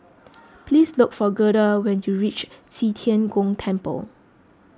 please look for Gerda when you reach Qi Tian Gong Temple